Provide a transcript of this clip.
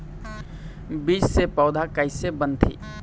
बीज से पौधा कैसे बनथे?